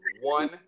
one